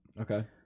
Okay